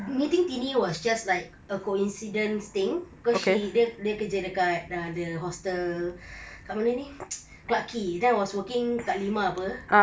meeting tini was just like a coincidence thing cause she dia dia kerja dekat the hostel kat mana ni clarke quay then I was working kat lima [pe]